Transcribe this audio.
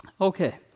Okay